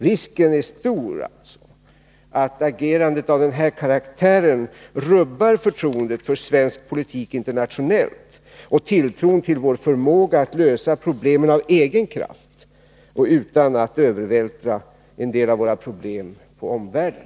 Risken är alltså stor att agerande av denna karaktär rubbar förtroendet internationellt för svensk politik liksom tilltron till vår förmåga att lösa problemen av egen kraft och utan att övervältra en del av våra problem på omvärlden.